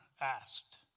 asked